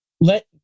let